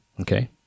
Okay